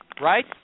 right